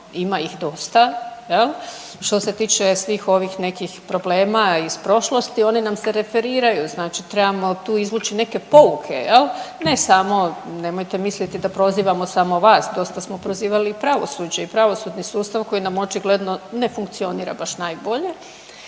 ima ih dosta. Što se tiče svih ovih nekih problema iz prošlosti oni nam se referiraju, znači trebamo tu izvući neke pouke, ne samo nemojte misliti da prozivamo samo vas, dosta smo prozivali i pravosuđe i pravosudni sustav koji nam očigledno ne funkcionira baš najbolje.